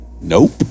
Nope